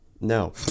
No